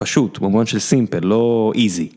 פשוט, במובן של simple, לא easy.